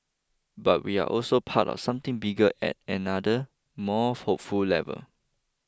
but we are also part of something bigger at another more hopeful level